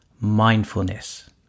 mindfulness